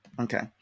okay